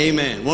Amen